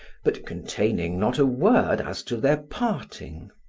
but containing not a word as to their parting.